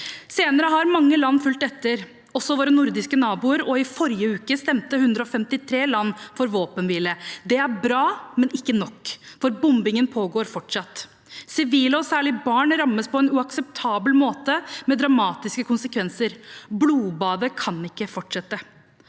Senere har mange land fulgt etter, også våre nordiske naboer, og i forrige uke stemte 153 land for våpenhvile. Det er bra, men ikke nok, for bombingen pågår fortsatt. Sivile, og særlig barn, rammes på en uakseptabel måte, med dramatiske konsekvenser. Blodbadet kan ikke fortsette.